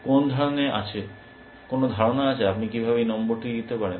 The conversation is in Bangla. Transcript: কোন ধারণা আছে আপনি কীভাবে এই নম্বরটি দিতে পারেন